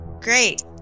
great